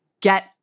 Get